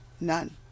None